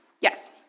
yes